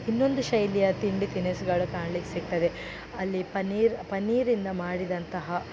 ಇನ್ನೊಂದು ಶೈಲಿಯ ತಿಂಡಿ ತಿನಿಸುಗಳು ಕಾಣ್ಲಿಕ್ಕೆ ಸಿಕ್ತದೆ ಅಲ್ಲಿ ಪನ್ನೀರ್ ಪನ್ನೀರಿಂದ ಮಾಡಿದಂತಹ